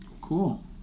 Cool